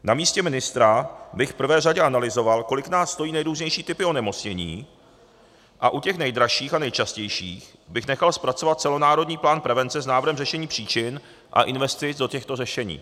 Na místě ministra bych v prvé řadě analyzoval, kolik nás stojí nejrůznější typy onemocnění, a u těch nejdražších a nejčastějších bych nechal zpracovat celonárodní plán prevence s návrhem řešení příčin a investic do těchto řešení.